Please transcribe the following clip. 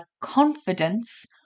confidence